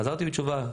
חזרתי בתשובה,